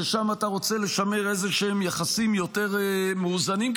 ששם אתה רוצה לשמר איזשהם יחסים יותר מאוזנים,